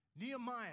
Nehemiah